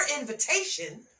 invitation